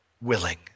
willing